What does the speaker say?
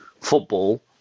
football